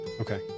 Okay